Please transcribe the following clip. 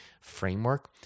framework